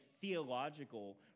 theological